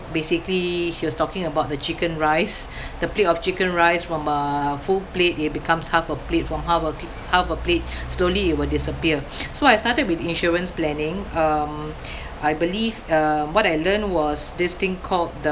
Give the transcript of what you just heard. basically she was talking about the chicken rice the plate of chicken rice from a full plate it becomes half a plate from half a p~ half a plate slowly it will disappear so I started with insurance planning uh I believe uh what I learned was this thing called the